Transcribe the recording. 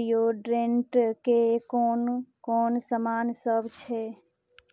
डिओड्रेंटके कोन कोन सामानसभ छै